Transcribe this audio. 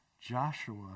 Joshua